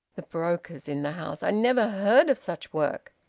the brokers in the house! i never heard of such work!